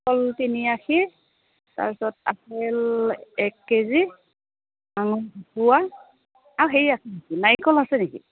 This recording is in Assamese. কল তিনি আষি তাৰপিছত আপেল এক কেজি আঙৰ দুপোৱা আৰু হেৰি আছে নেকি নাৰিকল আছে নেকি